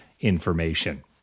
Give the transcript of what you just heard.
information